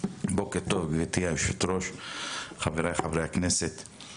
בוקר טוב, גברתי היושבת-ראש וחבריי חברי הכנסת.